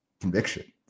conviction